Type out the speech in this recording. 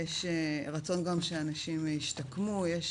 יש גם רצון שאנשים ישתקמו, יש